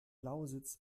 lausitz